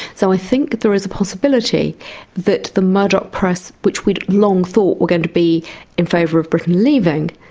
so i think there is a possibility that the murdoch press, which we had long thought were going to be in favour of britain leaving,